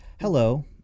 Hello